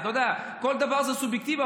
כל דבר זה סובייקטיבי,